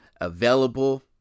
available